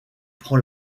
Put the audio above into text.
prend